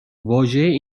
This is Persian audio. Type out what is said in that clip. واژه